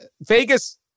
Vegas